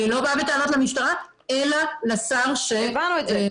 אני לא באה בטענות למשטרה אלא לשר --- הבנו את זה.